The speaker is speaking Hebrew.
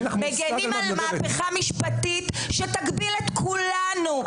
מגנים על מהפכה משפטית שתגביל את כולנו,